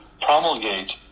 promulgate